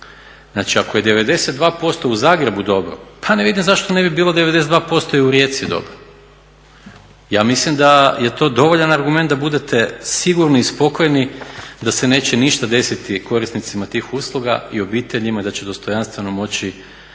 Znači ako je 92% u Zagrebu dobro, pa ne vidim zašto ne bi bilo 92% i u Rijeci dobro. Ja mislim da je to dovoljan argument da budete sigurni i spokojni da se neće ništa desiti korisnicima tih usluga i obiteljima i da će dostojanstveno moći